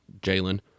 Jalen